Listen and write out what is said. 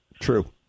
True